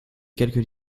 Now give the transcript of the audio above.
quelques